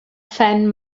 phen